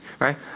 right